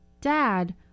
Dad